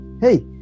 hey